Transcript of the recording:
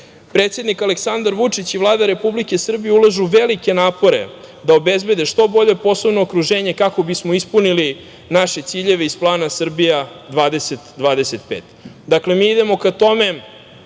jesmo. Predsednik Aleksandar Vučić i Vlada Republike Srbije ulažu velike napore da obezbede što bolje poslovno okruženje kako bismo ispunili naše ciljeve iz plana Srbija 2025. Dakle, mi idemo ka tome